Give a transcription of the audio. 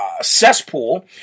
cesspool